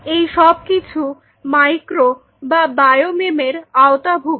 এই সবকিছু মাইক্রো বা বায়ো মেম এর আওতাভুক্ত